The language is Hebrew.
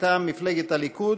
מטעם מפלגת הליכוד,